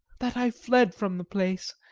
that i fled from the place,